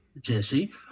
Jesse